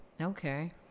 Okay